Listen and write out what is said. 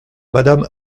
madame